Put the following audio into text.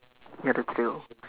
ya the thrill